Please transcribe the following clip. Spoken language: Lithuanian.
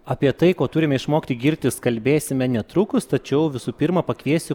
apie tai ko turime išmokti girtis kalbėsime netrukus tačiau visų pirma pakviesiu